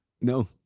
no